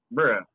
Bruh